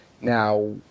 Now